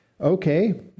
okay